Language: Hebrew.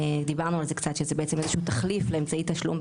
דיברנו על זה קצת שזה איזשהו תחליף לאמצעי תשלום,